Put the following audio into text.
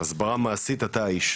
הסברה מעשית אתה האיש.